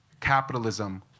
capitalism